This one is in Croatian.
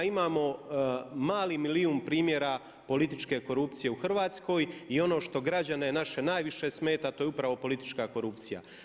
Imamo mali milijun primjera političke korupcije u Hrvatskoj i ono što građane naše najviše smeta to je upravo politička korupcija.